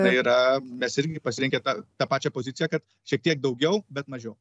tai yra mes irgi pasirinkę tą tą pačią poziciją kad šiek tiek daugiau bet mažiau